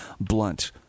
blunt